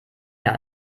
mehr